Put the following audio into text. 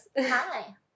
Hi